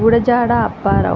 Gurajada Apparao